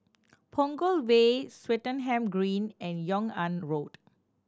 Punggol Way Swettenham Green and Yung An Road